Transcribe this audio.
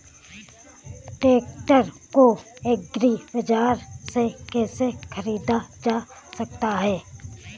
Tractor को agri बाजार से कैसे ख़रीदा जा सकता हैं?